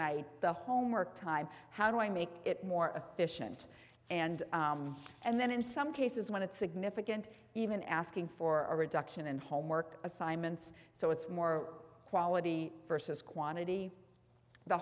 my the homework time how do i make it more efficient and and then in some cases when it's significant even asking for a reduction in homework assignments so it's more quality versus quantity the